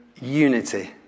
unity